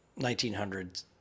1900s